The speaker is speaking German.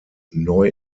neu